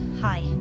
hi